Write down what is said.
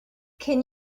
can